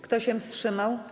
Kto się wstrzymał?